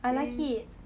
I like it